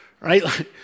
Right